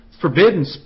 forbidden